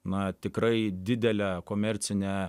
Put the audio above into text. na tikrai didelę komercinę